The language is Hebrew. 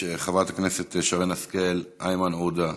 חברי הכנסת שרן השכל, איימן עודה,